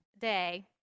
day